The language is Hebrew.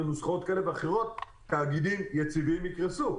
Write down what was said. נוסחאות כאלה ואחרות תאגידים יציבים יקרסו.